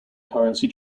currency